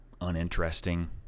uninteresting